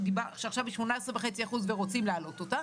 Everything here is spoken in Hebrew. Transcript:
שעכשיו היא 18.5% ורוצים להעלות אותה,